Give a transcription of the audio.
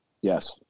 yes